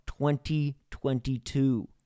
2022